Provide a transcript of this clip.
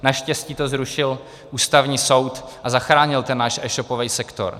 Naštěstí to zrušil Ústavní soud a zachránil ten náš eshopový sektor.